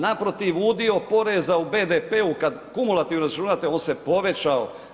Naprotiv, udio poreza u BDP-u kad kumulativno računate, on se povećao.